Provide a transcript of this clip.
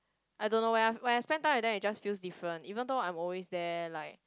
I don't know when I when I spend time with them it just feels different even though I'm always there like